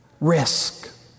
Risk